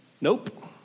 nope